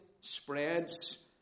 spreads